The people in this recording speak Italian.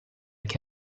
che